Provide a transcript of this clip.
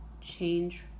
change